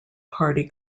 party